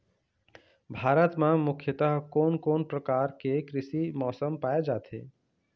भारत म मुख्यतः कोन कौन प्रकार के कृषि मौसम पाए जाथे?